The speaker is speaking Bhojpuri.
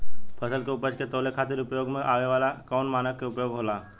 फसल के उपज के तौले खातिर उपयोग में आवे वाला कौन मानक के उपयोग होला?